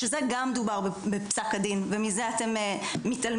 שזה גם דובר בפסק הדין ומזה אתם מתעלמים.